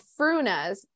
frunas